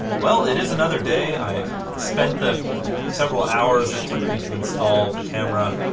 well, it is another day i spent the several hours it took me to install the camera.